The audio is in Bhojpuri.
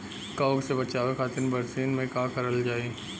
कवक से बचावे खातिन बरसीन मे का करल जाई?